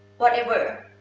whatever.